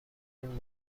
این